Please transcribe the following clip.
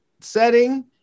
setting